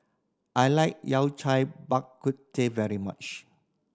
I like Yao Cai Bak Kut Teh very much